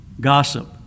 gossip